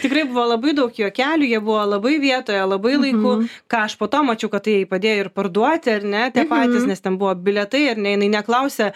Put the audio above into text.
tikrai buvo labai daug juokelių jie buvo labai vietoje labai laiku ką aš po to mačiau kad tai jai padėjo ir parduoti ar ne tie patys nes ten buvo bilietai ar ne jinai neklausė